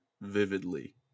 vividly